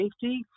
safety